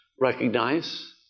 recognize